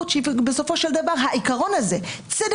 פרשת